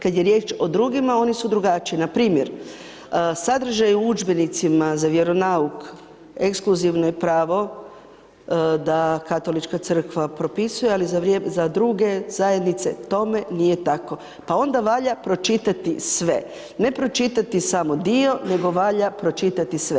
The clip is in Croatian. Kad je riječ o drugima, oni su drugačiji, npr. sadržaj u udžbenicima za vjeronauk ekskluzivno je pravo da Katolička crkva propisuje, ali za druge zajednice tome nije tako, pa onda valja pročitati sve, ne pročitati samo dio, nego valja pročitati sve.